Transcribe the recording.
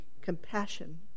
compassion